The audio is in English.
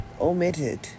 omitted